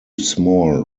small